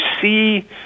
see